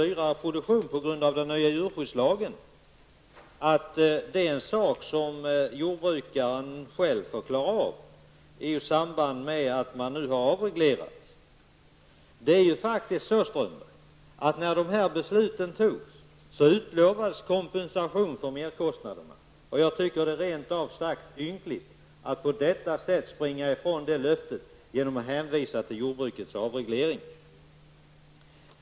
Strömberg att det är en sak som jordbrukaren själv får klara av i samband med att man nu har avreglerat jordbruket. Det är faktiskt så, Strömberg, att när beslutet fattades utlovades kompensation för merkostnaderna. Jag tycker att det är rent ut sagt ynkligt att springa ifrån det löftet genom att hänvisa till jordbrukets avreglering.